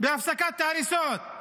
הפסקת ההריסות,